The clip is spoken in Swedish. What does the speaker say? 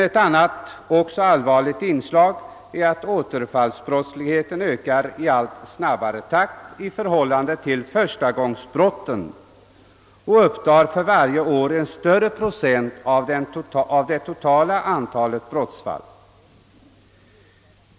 Ett annat allvarligt inslag är att återfallsbrottsligheten ökar i allt snabbare takt i förhållande till förstagångsbrotten och för varje år utgör en större procent av det totala antalet brottsfall.